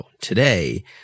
today